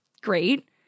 great